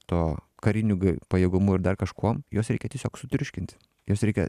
to kariniu pajėgumu ir dar kažkuom juos reikia tiesiog sutriuškinti juos reikia